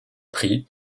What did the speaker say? prix